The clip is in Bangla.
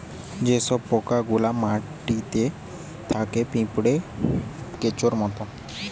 যে সব পোকা গুলা মাটিতে থাকে পিঁপড়ে, কেঁচোর মত